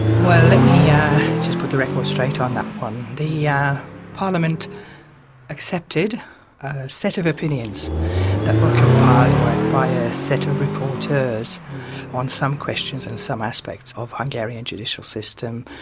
well, let me yeah just put the record straight on that one. the yeah parliament accepted a set of opinions that were compiled by by a set of reporters on some questions and some aspects of hungarian judicial system,